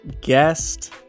guest